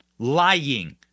lying